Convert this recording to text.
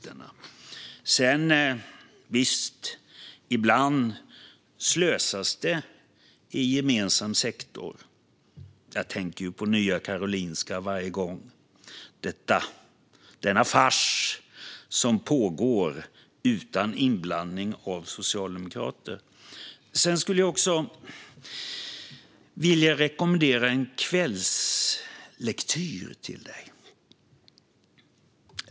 Och visst, ibland slösas det i gemensam sektor. Jag tänker på Nya Karolinska varje gång detta nämns - denna fars som pågår utan inblandning av socialdemokrater. Jag skulle också vilja rekommendera en kvällslektyr till dig.